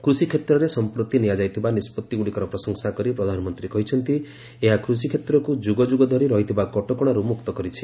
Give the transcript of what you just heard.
କୃଷିକ୍ଷେତ୍ରରେ ସଂପ୍ରତି ନିଆଯାଇଥିବା ନିଷ୍ପଭିଗୁଡ଼ିକର ପ୍ରଶଂସା କରି ପ୍ରଧାନମନ୍ତ୍ରୀ କହିଛନ୍ତି ଏହା କୃଷିକ୍ଷେତ୍ରକୁ ଯୁଗଯୁଗ ଧରି ରହିଥିବା କଟକଣାରୁ ମୁକ୍ତ କରିଛି